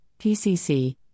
PCC